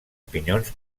pinyons